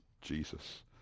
Jesus